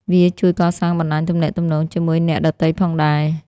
វាជួយកសាងបណ្តាញទំនាក់ទំនងជាមួយអ្នកដទៃផងដែរ។